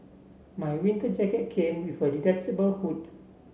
my winter jacket came with a detachable hood